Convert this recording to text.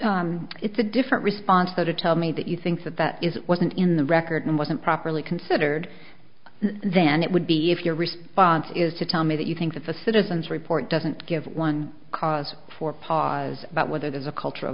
it's a different response so to tell me that you think that that is wasn't in the record and wasn't properly considered than it would be if your response is to tell me that you think that the citizens report doesn't give one cause for pas about whether there's a culture of